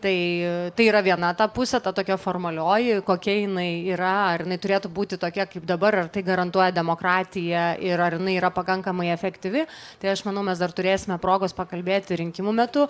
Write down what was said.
tai tai yra viena ta pusė ta tokia formalioji kokia jinai yra ar jinai turėtų būti tokia kaip dabar ar tai garantuoja demokratija ir ar jinai yra pakankamai efektyvi tai aš manau mes dar turėsime progos pakalbėti rinkimų metu